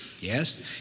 Yes